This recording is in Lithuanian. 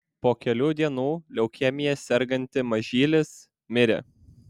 po kelių dienų leukemija serganti mažylis mirė